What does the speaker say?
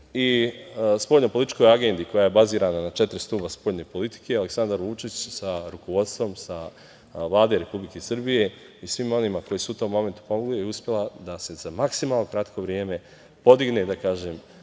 i spoljno političkoj agendi, koja je bazirana na četiri stuba spoljne politike, Aleksandar Vučić sa rukovodstvom Vlade Republike Srbije i svima onima koji su u tom momentu pomogli je uspela da se za maksimalno kratko vreme podigne u tako